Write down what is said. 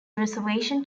reservation